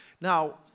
Now